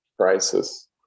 crisis